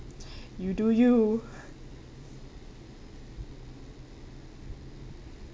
you do you